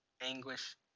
anguish